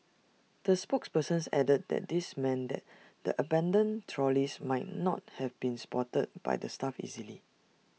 the spokesperson added that this meant that the abandoned trolleys might not have been spotted by the staff easily